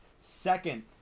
second